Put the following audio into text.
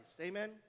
Amen